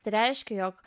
tai reiškia jog